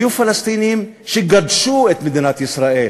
היו פלסטינים שגדשו את מדינת ישראל,